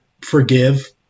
forgive